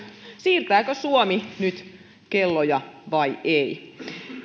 siirtääkö suomi kelloja vai ei